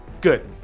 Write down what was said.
Good